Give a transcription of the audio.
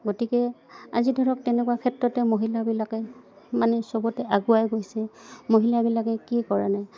গতিকে আজি ধৰক তেনেকুৱা ক্ষেত্ৰতে মহিলাবিলাকে মানে চবতে আগুৱাই গৈছে মহিলাবিলাকে কি কৰা নাই